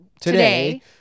today